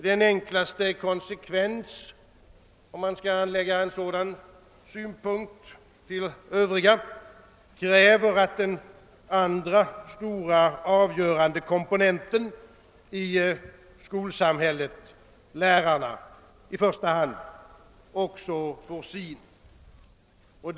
Den enklaste konsekvens — för att lägga denna synpunkt till de övriga — kräver att den andra stora och avgörande komponenten i skolsamhället, läraren, också får sin företrädare.